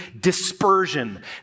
dispersion